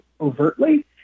overtly